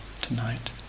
tonight